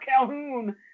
Calhoun